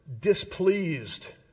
displeased